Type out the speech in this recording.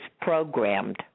programmed